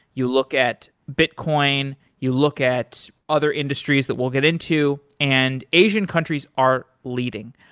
you look at bitcoin, you look at other industries that we'll get into, and asian countries are leading.